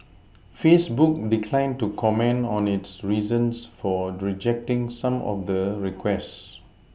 Facebook declined to comment on its reasons for rejecting some of the requests